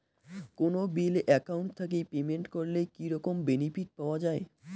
কোনো bill account থাকি payment করলে কি রকম বেনিফিট পাওয়া য়ায়?